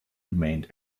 remained